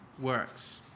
works